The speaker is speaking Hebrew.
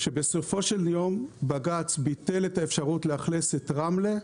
שבסופו של יום בג"צ ביטל את האפשרות לאכלס את רמלה,